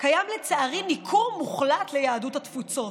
קיים לצערי ניכור מוחלט ליהדות התפוצות,